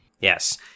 Yes